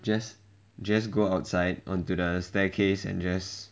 just just go outside onto the staircase and just